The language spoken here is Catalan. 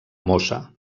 mosa